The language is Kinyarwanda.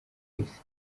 isi